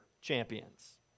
champions